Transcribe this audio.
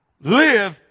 live